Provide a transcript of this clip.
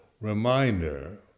reminder